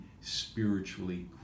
spiritually